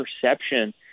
perception